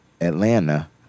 Atlanta